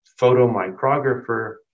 photomicrographer